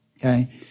Okay